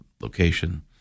location